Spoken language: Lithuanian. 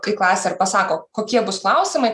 kai klasė ar pasako kokie bus klausimai